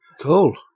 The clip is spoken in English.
Cool